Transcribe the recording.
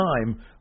time